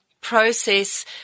process